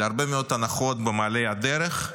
על הרבה מאוד הנחות במעלה הדרך,